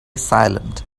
silent